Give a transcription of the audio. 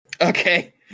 Okay